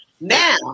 now